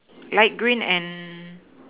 light green and